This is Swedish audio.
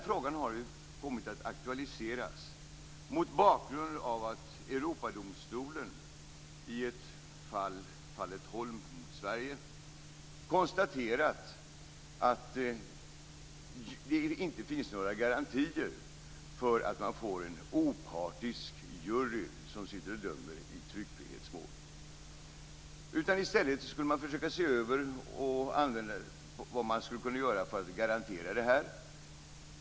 Frågan har kommit att aktualiseras mot bakgrund av att Europadomstolen i fallet Holm mot Sverige konstaterat att det inte finns några garantier för att man får en opartisk jury som dömer i tryckfrihetsmål. I stället bör man försöka se vad man skulle kunna göra för att garantera detta.